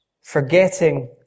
Forgetting